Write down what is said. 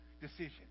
decision